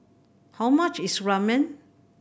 how much is Ramen